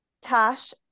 Tash